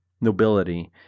nobility